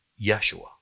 Yeshua